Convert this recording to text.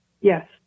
Yes